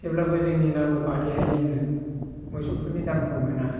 थेवब्लाबो जोंनि नांगौबायदिहाय जोङो मोसौफोरनि दामखौ मोना